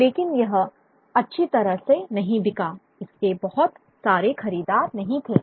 लेकिन यह अच्छी तरह से नहीं बिका इसके बहुत सारे खरीदार नहीं थे